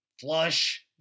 flush